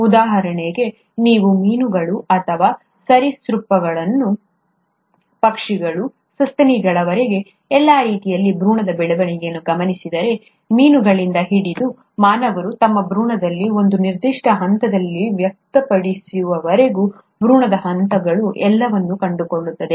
ಉದಾಹರಣೆಗೆ ನೀವು ಮೀನುಗಳು ಅಥವಾ ಸರೀಸೃಪಗಳು ಪಕ್ಷಿಗಳು ಸಸ್ತನಿಗಳವರೆಗೆ ಎಲ್ಲಾ ರೀತಿಯಲ್ಲಿ ಭ್ರೂಣದ ಬೆಳವಣಿಗೆಯನ್ನು ಗಮನಿಸಿದರೆ ಮೀನುಗಳಿಂದ ಹಿಡಿದು ಮಾನವರು ತಮ್ಮ ಭ್ರೂಣದಲ್ಲಿ ಒಂದು ನಿರ್ದಿಷ್ಟ ಹಂತದಲ್ಲಿ ವ್ಯಕ್ತಪಡಿಸುವವರೆಗೆ ಭ್ರೂಣದ ಹಂತಗಳು ಎಲ್ಲವನ್ನೂ ನಾವು ಕಂಡುಕೊಳ್ಳುತ್ತೇವೆ